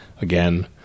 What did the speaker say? again